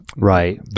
Right